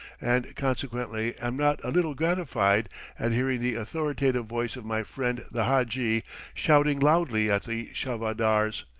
and consequently am not a little gratified at hearing the authoritative voice of my friend the hadji shouting loudly at the charvadars,